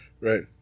right